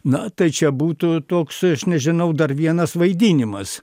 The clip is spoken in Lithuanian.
na tai čia būtų toks aš nežinau dar vienas vaidinimas